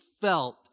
felt